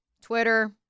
Twitter